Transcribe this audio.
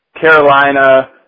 Carolina